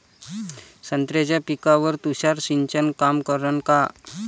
संत्र्याच्या पिकावर तुषार सिंचन काम करन का?